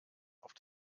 auf